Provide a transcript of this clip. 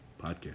podcast